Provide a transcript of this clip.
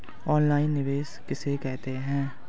Online निवेश किसे कहते हैं?